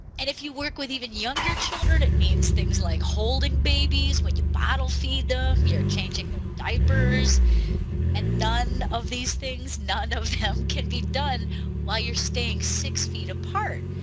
and if you work with even younger children it means things like holding babies when you bottle feed them, you're changing their diapers and none of these things none of them can be done while you're staying six feet apart.